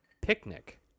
Picnic